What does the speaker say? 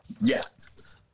Yes